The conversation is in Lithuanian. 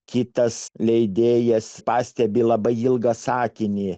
kitas leidėjas pastebi labai ilgą sakinį